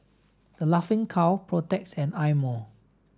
The Laughing Cow Protex and Eye Mo